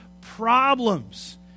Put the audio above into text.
problems